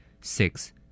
Six